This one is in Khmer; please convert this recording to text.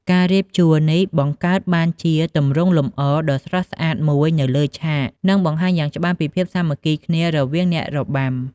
ការរៀបជួរនេះបង្កើតបានជាទម្រង់លម្អរដ៏ស្រស់ស្អាតមួយនៅលើឆាក និងបង្ហាញយ៉ាងច្បាស់ពីភាពសាមគ្គីគ្នារវាងអ្នករបាំ។